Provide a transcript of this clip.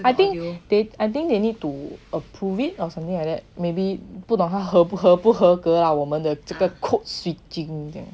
I think they I think they need to um approve it or something like that maybe 不懂他合不合格 ah 我们的这个 code switching